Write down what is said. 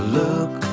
look